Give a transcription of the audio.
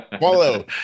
follow